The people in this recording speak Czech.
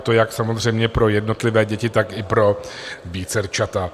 To jak samozřejmě pro jednotlivé děti, tak i pro vícerčata.